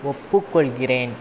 ஒப்புக்கொள்கிறேன்